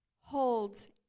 holds